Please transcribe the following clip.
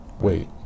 Wait